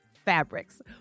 fabrics